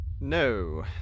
No